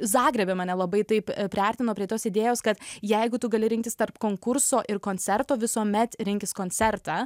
zagrebe mane labai taip priartino prie tos idėjos kad jeigu tu gali rinktis tarp konkurso ir koncerto visuomet rinkis koncertą